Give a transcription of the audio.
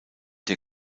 der